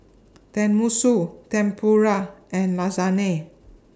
Tenmusu Tempura and Lasagne